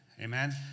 Amen